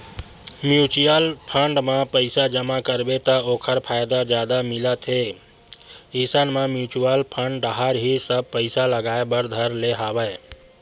mutual fund म पइसा जमा करबे त ओखर फायदा जादा मिलत हे इसन म म्युचुअल फंड डाहर ही सब पइसा लगाय बर धर ले हवया